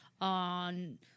On